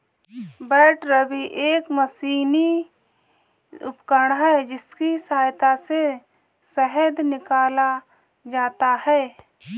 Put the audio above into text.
बैटरबी एक मशीनी उपकरण है जिसकी सहायता से शहद निकाला जाता है